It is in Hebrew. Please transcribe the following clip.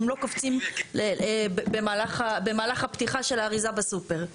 הם לא קופצים במהלך הפתיחה של האריזה בסופר.